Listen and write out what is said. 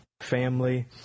family